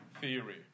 theory